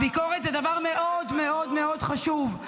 השכם ----- וביקורת זה דבר מאוד מאוד חשוב.